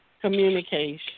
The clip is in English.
Communication